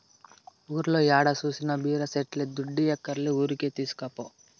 ఊర్లో ఏడ జూసినా బీర సెట్లే దుడ్డియ్యక్కర్లే ఊరికే తీస్కపో